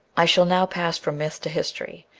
i shall now pass from myth to history,